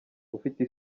ufite